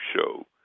show